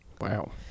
Wow